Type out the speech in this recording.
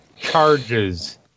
charges